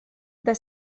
the